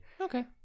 Okay